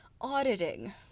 auditing